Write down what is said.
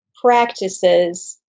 practices